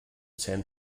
san